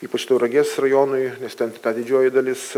ypač tauragės rajonui nes ten didžioji dalis